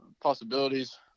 possibilities